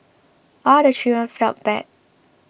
all the children felt bad